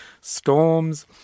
storms